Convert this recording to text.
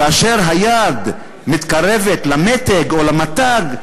כאשר היד מתקרבת למֶתג או למָתג,